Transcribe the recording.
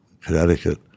Connecticut